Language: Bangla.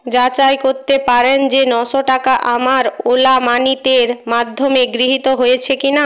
যাচাই করতে পারেন যে নশো টাকা আমার ওলা মানিতের মাধ্যমে গৃহীত হয়েছে কি না